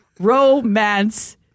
Romance